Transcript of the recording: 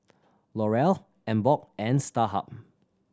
L'Oreal Emborg and Starhub